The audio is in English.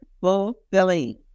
fulfilling